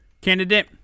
candidate